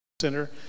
Center